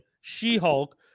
She-Hulk